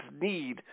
need